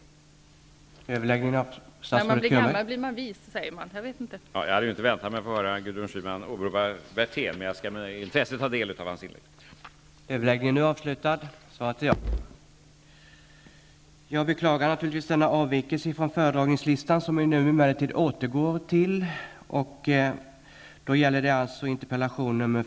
När man blir gammal blir man vis, sägs det. Jag vet inte.